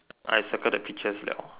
I circle the pictures liao